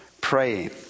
praying